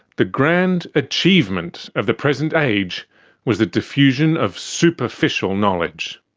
the grand achievement of the present age was the diffusion of superficial knowledge.